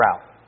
route